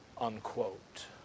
Unquote